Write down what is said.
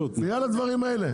בגלל הדברים האלה.